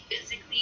physically